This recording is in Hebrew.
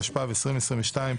התשפ"ב-2022,